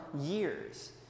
years